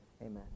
Amen